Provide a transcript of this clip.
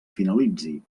finalitzi